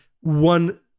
one